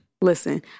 Listen